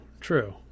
true